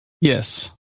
Yes